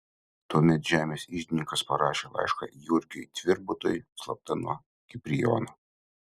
tuomet žemės iždininkas parašė laišką jurgiui tvirbutui slapta nuo kiprijono